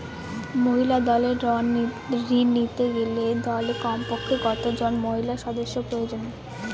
মহিলা দলের ঋণ নিতে গেলে দলে কমপক্ষে কত জন মহিলা সদস্য প্রয়োজন?